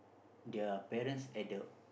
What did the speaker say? their parents at the